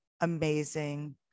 amazing